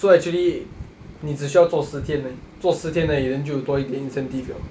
so actually 你只需要做四天而已做四天而已 then 就多一点 incentive liao